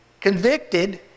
convicted